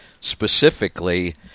specifically